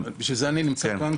בשביל זה אני נמצא כאן,